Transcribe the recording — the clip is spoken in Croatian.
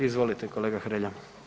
Izvolite kolega Hrelja.